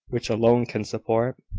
which alone can support,